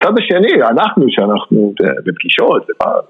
מצד השני, אנחנו שאנחנו אתה יודע, בפגישות